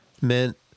meant